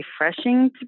refreshing